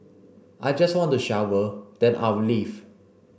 I just want to shower then I'll leave